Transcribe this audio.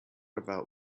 about